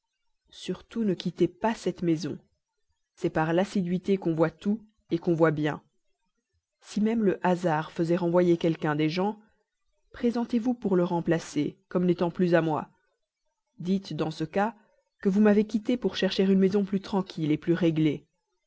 surtout ne quittez pas cette maison c'est par l'assiduité qu'on voit tout qu'on voit bien si même le hasard faisait renvoyer quelqu'un des gens présentez-vous pour le remplacer comme n'étant plus à moi dites dans ce cas que vous m'avez quitté pour chercher une maison plus tranquille plus réglée